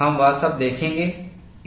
हम वह सब देखेंगे